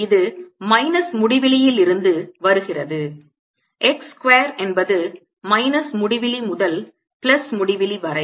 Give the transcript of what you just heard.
இது மைனஸ் முடிவிலியிலிருந்து வருகிறது x ஸ்கொயர் என்பது மைனஸ் முடிவிலி முதல் பிளஸ் முடிவிலி வரை